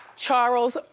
charles,